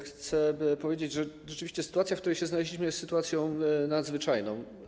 Chcę powiedzieć, że rzeczywiście sytuacja, w której się znaleźliśmy, jest sytuacją nadzwyczajną.